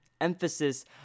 emphasis